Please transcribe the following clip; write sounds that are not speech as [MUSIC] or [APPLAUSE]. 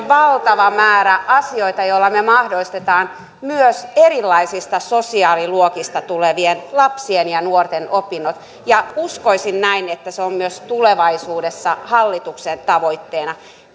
[UNINTELLIGIBLE] valtava määrä asioita joilla me mahdollistamme myös erilaisista sosiaaliluokista tulevien lapsien ja nuorten opinnot ja uskoisin näin että se on myös tulevaisuudessa hallituksen tavoitteena